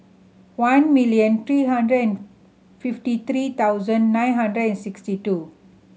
one million three hundred and fifty three thousand nine hundred and sixty two